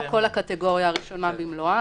לא כל הקטגוריה השנייה במלואה,